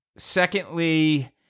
Secondly